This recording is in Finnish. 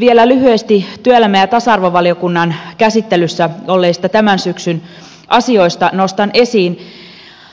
vielä lyhyesti työelämä ja tasa arvovaliokunnan käsittelyssä olleista tämän syksyn asioista nostan esiin